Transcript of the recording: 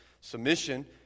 submission